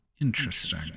Interesting